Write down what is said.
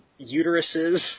uteruses